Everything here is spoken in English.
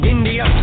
India